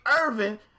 Irving